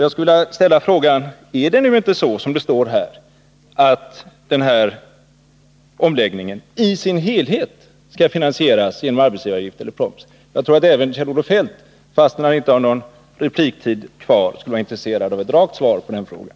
Jag skulle vilja fråga: Är det inte så som det står här, nämligen att omläggningen ”i sin helhet” skall finansieras genom arbetsgivaravgifter eller proms? Jag tror att även Kjell-Olof Feldt skulle vara intresserad av ett rakt svar på denna fråga, trots att han inte har någon replikrätt kvar.